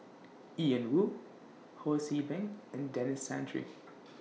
Ian Woo Ho See Beng and Denis Santry